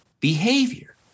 behavior